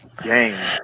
game